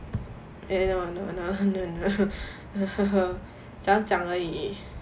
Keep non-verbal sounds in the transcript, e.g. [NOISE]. eh no no no no no [LAUGHS] 讲讲而已